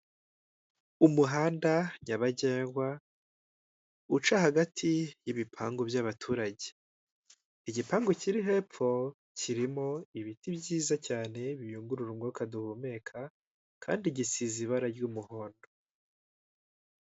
Umuhanda nyabagendwa uca hagati y'ibipangu by'abaturage. Igipangu kiri hepfo, kirimo ibiti byiza cyane biyungurura umwuka duhumeka kandi gisize ibara ry'umuhondo.